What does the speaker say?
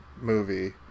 movie